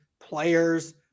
players